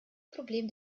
problem